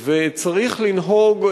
וצריך לנהוג,